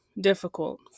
difficult